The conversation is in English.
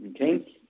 Okay